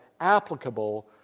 applicable